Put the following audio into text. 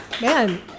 man